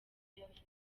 yavutse